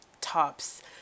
tops